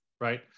right